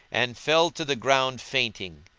and fell to the ground fainting.